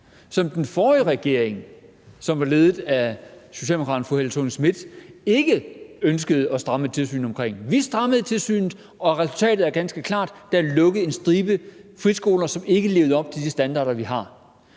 som den forrige regering, der var ledet af socialdemokraten fru Helle Thorning-Schmidt, ikke ønskede at stramme. Vi strammede tilsynet, og resultatet er ganske klart: Der er lukket en stribe friskoler, som ikke levede op til de standarder, vi har.